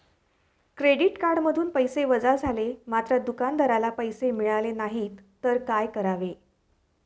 Credit कार्डमधून पैसे वजा झाले मात्र दुकानदाराला मिळाले नाहीत तर काय करावे?